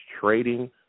trading